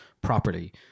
properly